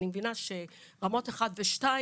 אני מבינה שרמות 1 ו-2,